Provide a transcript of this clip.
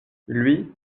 lui